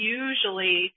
usually